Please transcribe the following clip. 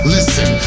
Listen